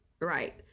Right